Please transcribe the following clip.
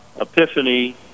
epiphany